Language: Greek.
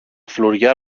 φλουριά